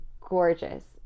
gorgeous